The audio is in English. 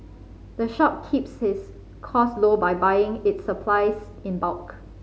the shop keeps its costs low by buying its supplies in bulk